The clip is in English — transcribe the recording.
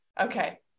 Okay